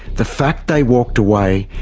the fact they walked away,